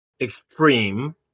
extreme